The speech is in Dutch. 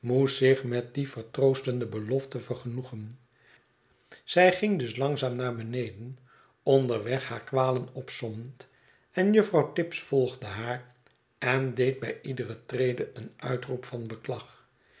zich met die vertroostende belofte vergenoegen zij ging dus langzaam naar beneden onderweg haar kwalen opsommend en juffrouw tibbs volgde haar en deed bij iedere trede een uitroep van